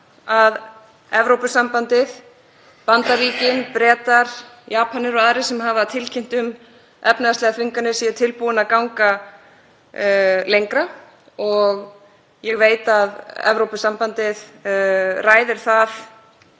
að Evrópusambandið, Bandaríkin, Bretar, Japanir og aðrir sem hafa tilkynnt um efnahagslegar þvinganir séu tilbúnir að ganga lengra. Ég veit að Evrópusambandið ræðir í